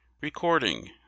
Recording